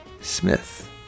Smith